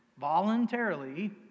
voluntarily